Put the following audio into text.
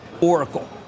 Oracle